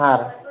ಹಾಂ